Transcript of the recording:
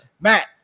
Matt